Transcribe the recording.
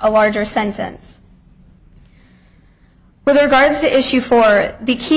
a larger sentence with regards to issue for the key